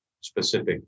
specific